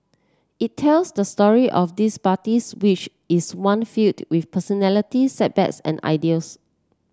it tells the story of these parties which is one filled with personalities setbacks and ideals